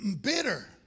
Bitter